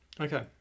Okay